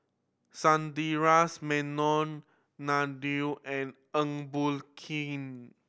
Sundaresh Menon Neil and Eng Boh Kee